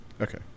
Okay